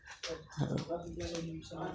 आओर हँ